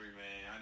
man